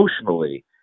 emotionally